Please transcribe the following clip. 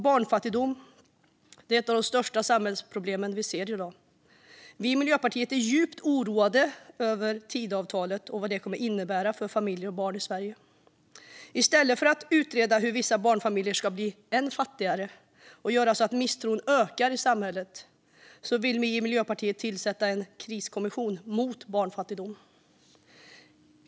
Barnfattigdom är ett av de största samhällsproblemen vi ser i dag. Vi i Miljöpartiet är djupt oroade över Tidöavtalet och vad det kommer att innebära för familjer och barn i Sverige. I stället för att utreda hur vissa barnfamiljer ska bli ännu fattigare och göra så att misstron ökar i samhället vill vi i Miljöpartiet tillsätta en kriskommission mot barnfattigdom.